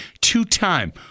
two-time